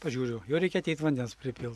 pažiūriu jau reikia ateit vandens pripilt